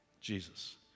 Jesus